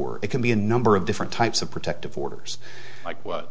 or it can be a number of different types of protective orders like well